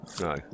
no